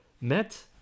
met